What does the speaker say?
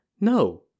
No